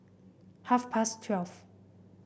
half past twelve